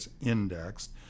indexed